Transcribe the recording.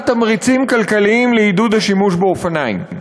תמריצים כלכליים לעידוד השימוש באופניים.